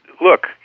look